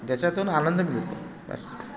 ज्याच्यातून आनंद मिळतो बास